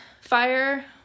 fire